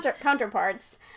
counterparts